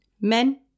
Men